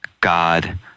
God